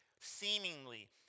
seemingly